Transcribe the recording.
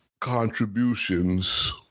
contributions